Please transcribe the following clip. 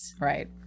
Right